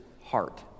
heart